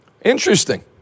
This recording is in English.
Interesting